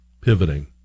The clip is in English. pivoting